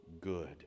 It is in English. good